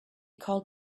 called